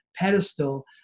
pedestal